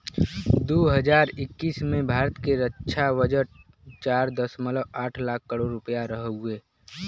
दू हज़ार इक्कीस में भारत के रक्छा बजट चार दशमलव आठ लाख करोड़ रुपिया हउवे